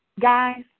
guys